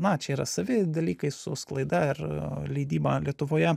na čia yra savi dalykai su sklaida ir leidyba lietuvoje